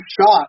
shot